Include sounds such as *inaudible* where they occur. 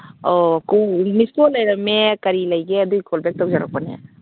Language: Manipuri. ꯑꯣ *unintelligible* ꯃꯤꯁꯀꯣꯜ ꯂꯩꯔꯝꯃꯦ ꯀꯔꯤ ꯂꯩꯒꯦ ꯑꯗꯨꯒꯤ ꯀꯣꯜ ꯕꯦꯛ ꯇꯧꯖꯔꯛꯄꯅꯦ